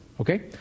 Okay